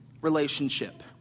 relationship